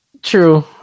True